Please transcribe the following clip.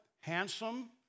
handsome